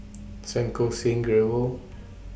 Santokh Singh Grewal